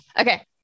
Okay